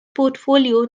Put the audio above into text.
portfolio